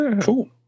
cool